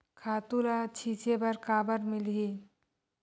खातु ल छिंचे बर काबर मिलही?